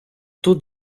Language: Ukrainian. тут